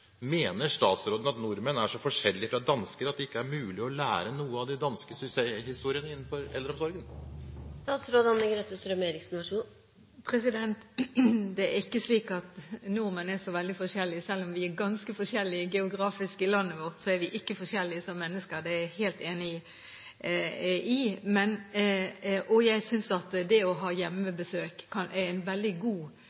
Mener statsråden at nordmenn er så forskjellige fra dansker at det ikke er mulig å lære noe av de danske suksesshistoriene innenfor eldreomsorgen? Det er ikke slik at nordmenn er så veldig forskjellige fra dansker. Selv om vi er ganske forskjellige med hensyn til geografi, er vi ikke forskjellige som mennesker, det er jeg helt enig i. Jeg synes at det å ha